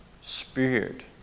spirit